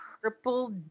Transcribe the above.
Triple